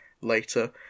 later